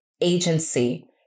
agency